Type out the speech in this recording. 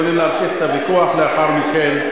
אתם יכולים להמשיך את הוויכוח לאחר מכן.